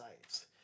sites